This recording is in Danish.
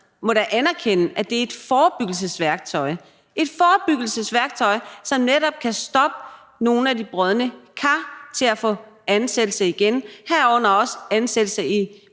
må da anerkende, at det er et forebyggelsesværktøj – et forebyggelsesværktøj, som netop kan stoppe nogle af de brodne kar fra at få ansættelse igen, herunder også ansættelse i